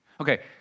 Okay